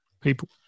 people